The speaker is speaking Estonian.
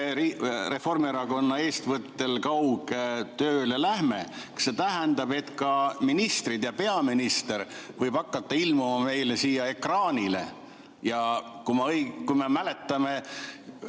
Reformierakonna eestvõttel kaugtööle läheme, kas see tähendab, et ka ministrid ja peaminister võivad hakata ilmuma meile siia ekraanile. Nagu me mäletame,